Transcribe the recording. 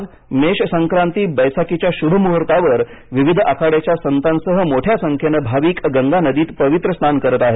आज मेष संक्राती बैसाखीच्या शुभ मुहूर्तावर विविध आखाड्याच्या संतांसह मोठ्या संख्येने भाविक गंगा नदीत पवित्र स्नान करीत आहेत